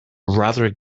rather